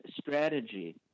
strategy